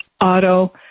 Auto